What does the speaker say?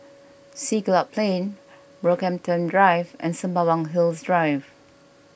Siglap Plain Brockhampton Drive and Sembawang Hills Drive